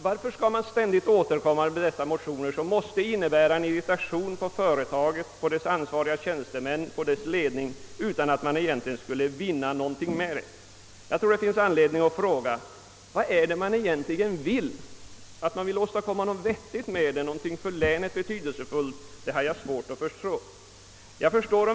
Varför skall man då ständigt återkomma med dessa motioner, som måste innebära irrita tion för företaget, dess ansvariga tjänstemän och dess ledning utan att man egentligen vinner något därmed? Vad är det man egentligen vill? Att man vill åstadkomma något vettigt och för länet betydelsefullt har jag svårt att inse.